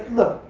look.